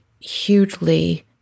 hugely